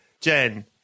jen